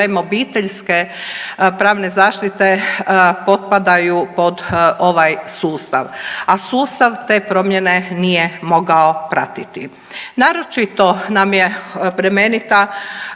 obiteljske pravne zaštite potpadaju pod ovaj sustav, a sustav te promjene nije mogao pratiti. Naročito nam je bremenita